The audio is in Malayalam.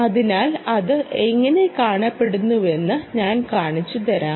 അതിനാൽ അത് എങ്ങനെ കാണപ്പെടുന്നുവെന്ന് ഞാൻ കാണിച്ചുതരാം